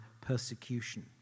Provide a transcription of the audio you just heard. persecution